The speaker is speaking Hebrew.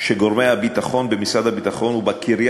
שגורמי הביטחון במשרד הביטחון ובקריה